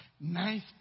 nice